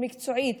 מקצועית,